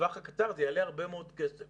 בטווח הקצר זה יעלה הרבה מאוד כסף